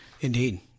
Indeed